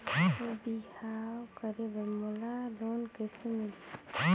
बिहाव करे बर मोला लोन कइसे मिलही?